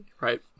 right